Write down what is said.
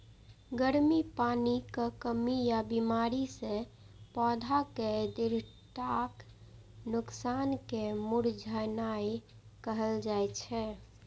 गर्मी, पानिक कमी या बीमारी सं पौधाक दृढ़ताक नोकसान कें मुरझेनाय कहल जाइ छै